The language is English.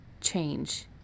change